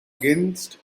against